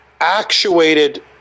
actuated